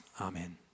Amen